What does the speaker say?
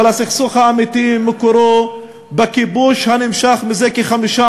אבל הסכסוך האמיתי מקורו בכיבוש הנמשך זה כחמישה